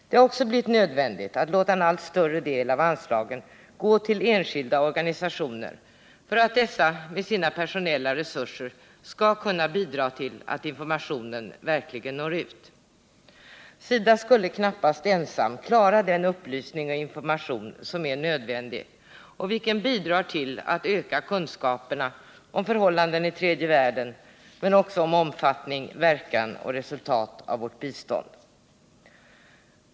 Det har också blivit nödvändigt att låta en allt större del av anslagen gå till enskilda organisationer för att de med sina personella resurser skall kunna bidra till att informationen verkligen når ut. SIDA skulle knappast ensam klara den upplysning och information som är nödvändig och vilken bidrar till att öka kunskaperna om förhållandena i tredje världen men också om omfattning, verkan och resultat av vårt bistånd.